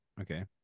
Okay